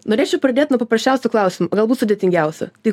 norėčiau pradėt nuo paprasčiausio klausimo galbūt sudėtingiausio tai